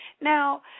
Now